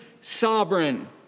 sovereign